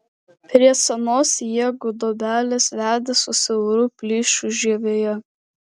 prie senos jie gudobelės vedė su siauru plyšiu žievėje